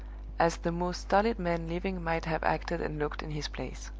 as the most stolid man living might have acted and looked in his place.